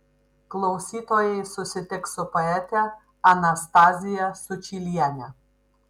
klausytojai susitiks su poete anastazija sučyliene